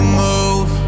move